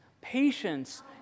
patience